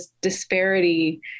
disparity